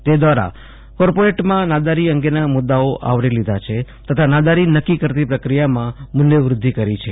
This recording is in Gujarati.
તે દ્રારા કોર્ટમાં નાદારી અંગે મુદાઓ આવરી લીધા છે તથા નાદારી નક્કી કરતી પ્રક્રિયામાં મુલ્ય વૃઘ્યિ કરી છે